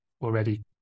already